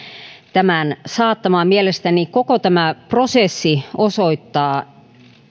tämän saattamaan mielestäni koko tämä prosessi osoittaa